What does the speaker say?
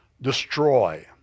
destroy